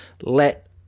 Let